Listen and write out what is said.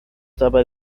dabei